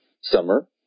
summer